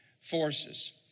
forces